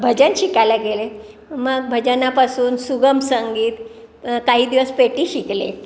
भजन शिकायला गेले मग भजनापासून सुगम संगीत काही दिवस पेटी शिकले